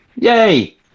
Yay